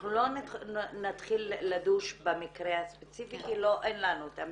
אנחנו לא נתחיל לדוש במקרה הספציפי כי אין לנו את המידע.